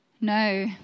No